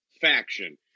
faction